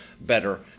better